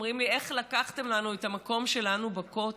אומרים לי: איך לקחתם לנו את המקום שלנו בכותל?